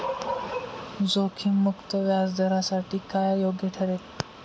जोखीम मुक्त व्याजदरासाठी काय योग्य ठरेल?